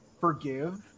forgive